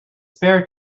spare